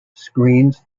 screens